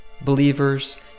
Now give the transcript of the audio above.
believers